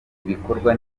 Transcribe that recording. ibikorwa